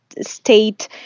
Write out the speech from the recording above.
state